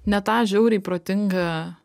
ne tą žiauriai protingą